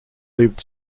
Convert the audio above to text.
lived